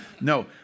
No